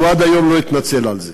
הוא עד היום לא התנצל על זה.